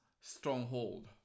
stronghold